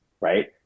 Right